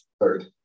third